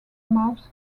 mouth